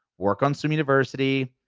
work on swim university,